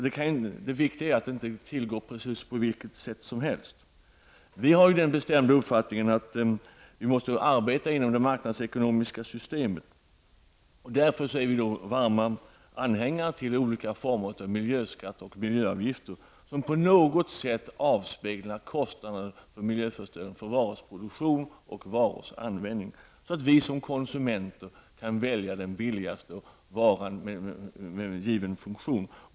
Det är viktigt att det inte går till på vilket sätt som helst. Vi i miljöpartiet har den bestämda uppfattningen att vi måste arbeta inom det marknadsekonomiska systemet. Därför är vi varma anhängare till olika former av miljöskatter och miljöavgifter som på något sätt avspeglar kostnaderna för miljöförstöringen, varors produktion och varors användning. Vi som konsumenter skall kunna använda den billigaste varan med en given funktion.